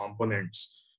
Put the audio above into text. components